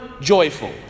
joyful